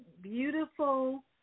beautiful